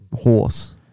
horse